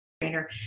trainer